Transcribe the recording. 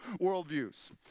worldviews